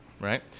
Right